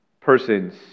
persons